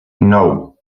nou